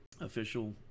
official